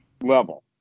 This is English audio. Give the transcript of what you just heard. level